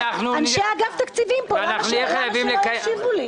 אנשי אגף התקציבים פה, למה שהם לא ישיבו לי?